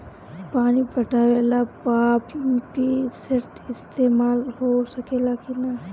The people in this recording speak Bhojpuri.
पानी पटावे ल पामपी सेट के ईसतमाल हो सकेला कि ना?